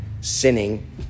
sinning